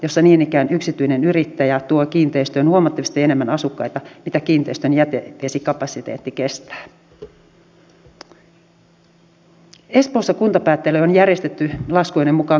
ja oliko teillä pohdinnassa tämä yhteisöveron jatkettu korotettu osuus mikä on nyt kaksi kertaa ollut ja nyt on valitettavasti pudotettu pois